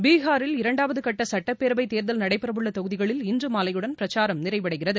பீஹாரில் இரண்டாவது கட்ட சட்டப்பேரவை தேர்தல் நடைபெறவுள்ள தொகுதிகளில் இன்று மாலையுடன் பிரச்சாரம் நிறைவடைகிறது